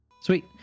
Sweet